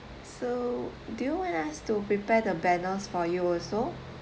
so do you want us to prepare the banners for you also